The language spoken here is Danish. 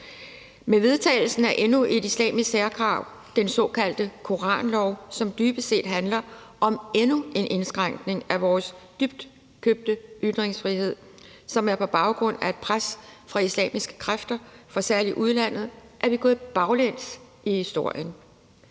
Med vedtagelsen af endnu et islamisk særkrav, den såkaldte koranlov, som dybest set handler om endnu en indskrænkning af vores dyrekøbte ytringsfrihed, og som er på baggrund af et pres fra islamiske kræfter fra særlig udlandet, er vi gået baglæns i historien,